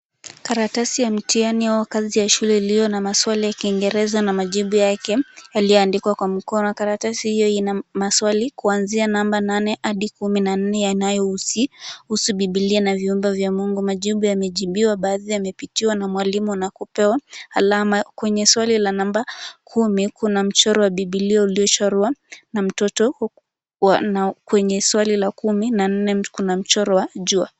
Karatasi ya mtihani wa kazi za shule ilio na maswali ya kingereza na majibu yake yaliyoandikwa kwa mkono. Karatasi hiyo ina maswali kuanzia namba nane hadi kumi na nne yanayohusu bibilia na viumbe vya mungu. Majibu yamejibiwa, baadhi yamepitiwa na mwalimu na kupewa alama. Kwenye swali la namba kumi kuna mchoro wa bibilia uliochorwa na mtoto huku kwenye swali la kumi na nne kuna mchoro wa jua.